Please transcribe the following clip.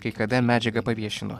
kai kada medžiagą paviešinu